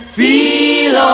feel